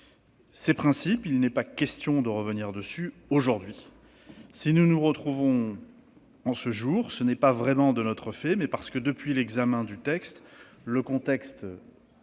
Ces principes, il n'est pas question de revenir dessus ; si nous nous retrouvons aujourd'hui, ce n'est pas vraiment de notre fait, c'est parce que, depuis l'examen de ce texte, le contexte